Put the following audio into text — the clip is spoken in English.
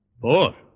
Four